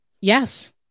Yes